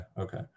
Okay